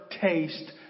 taste